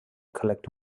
collect